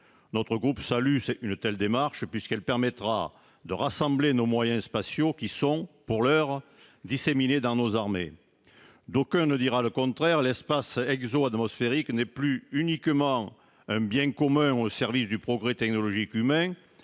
Notre groupe salue une telle démarche, puisqu'elle permettra de rassembler nos moyens spatiaux, qui sont, pour l'heure, disséminés entre nos armées. L'espace exoatmosphérique n'est plus seulement un bien commun au service du progrès technologique humain